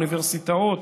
אוניברסיטאות,